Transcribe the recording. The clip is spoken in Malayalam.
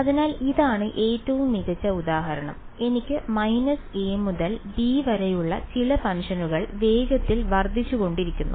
അതിനാൽ ഇതാണ് ഏറ്റവും മികച്ച ഉദാഹരണം എനിക്ക് മൈനസ് a മുതൽ b വരെയുള്ള ചില ഫംഗ്ഷനുകൾ വേഗത്തിൽ വർദ്ധിച്ചുകൊണ്ടിരിക്കുന്നു